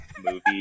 movie